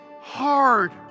hard